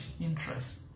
interest